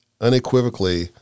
unequivocally